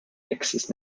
access